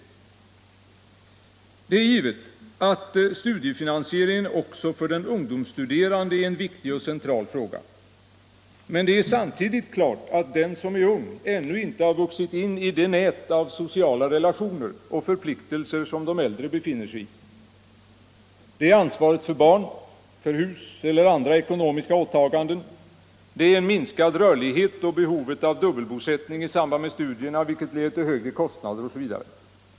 20 maj 1975 Det är givet att studiefinansieringen också för den ungdomsstuderanFde I är en viktig och central fråga, men det är samtidigt klart att den som = Vuxenutbildningen, är ung ännu inte vuxit in i det nät av sociala relationer och förpliktelser — m.m. som de äldre befinner sig i. Det är ansvaret för barn och för hus eller andra ekonomiska åtaganden, det är en minskad rörlighet och behovet av dubbelbosättning i samband med studierna, vilket leder till högre kostnader, osv.